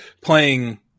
playing –